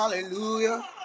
Hallelujah